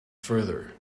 further